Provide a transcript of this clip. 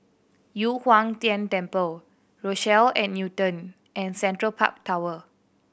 Yu Huang Tian Temple Rochelle at Newton and Central Park Tower